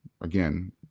Again